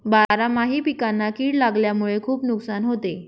बारामाही पिकांना कीड लागल्यामुळे खुप नुकसान होते